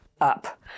up